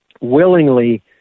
willingly